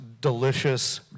delicious